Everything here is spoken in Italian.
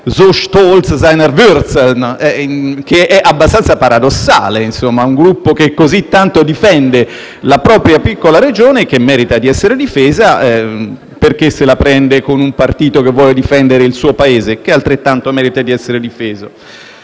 *so stolz seiner Wurzeln*, che è abbastanza paradossale: un Gruppo, che così tanto difende la propria piccola Regione, che merita di essere difesa, perché se la prende con un partito che vuole difendere il suo Paese, che altrettanto merita di essere difeso?